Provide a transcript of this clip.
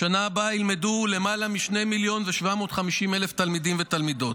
בשנה הבאה ילמדו למעלה מ-2.75 מיליון תלמידים ותלמידות,